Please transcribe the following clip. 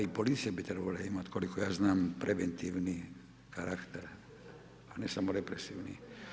Pa i policija bi trebala imati, koliko ja znam, preventivni karakter, a ne samo represivni.